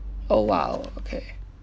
oh !wow! okay